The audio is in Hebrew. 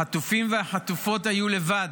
החטופים והחטופות היו לבד.